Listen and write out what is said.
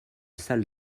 salle